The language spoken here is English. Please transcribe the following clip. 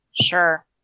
Sure